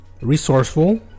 resourceful